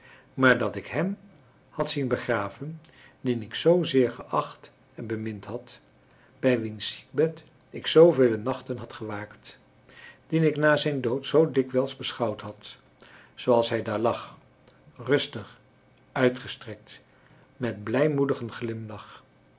maar dat ik hem had zien begraven dien ik zoo zeer geacht en bemind had bij wiens ziekbed ik zoovele nachten had gewaakt dien ik na zijn dood zoo dikwijls beschouwd had zooals hij daar lag rustig uitgestrekt met blij moedigen glimlach